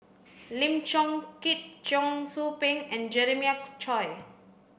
Lim Chong Keat Cheong Soo Pieng and Jeremiah Choy